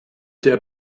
der